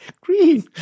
green